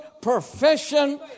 profession